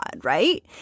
right